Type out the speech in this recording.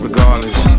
Regardless